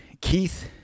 Keith